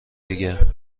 دیگه